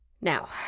Now